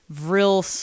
real